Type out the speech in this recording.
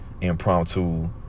impromptu